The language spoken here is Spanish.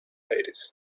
aires